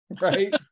right